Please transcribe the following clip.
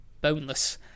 boneless